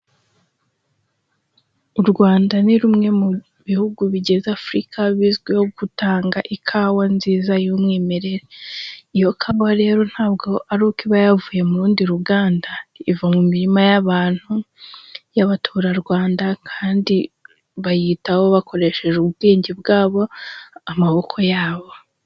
U Rwanda ni rumwe mu bihugu bigize Afurika bizwiho gutanga ikawa nziza y'umwimerere, iyo kawa rero ntabwo ari uko iba yavuye mu rundi ruganda, iva mu mirima y'abantu y'abaturarwanda kandi bayitaho bakoresheje ubwenge bwabo amaboko yabo.